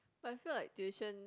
but I feel like tuition